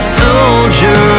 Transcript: soldier